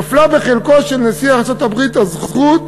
נפלה בחלקו של נשיא ארצות-הברית הזכות,